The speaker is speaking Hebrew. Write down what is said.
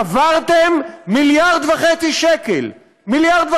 קברתם 1.5 מיליארד שקל,